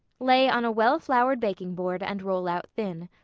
lay on a well-floured baking-board and roll out thin.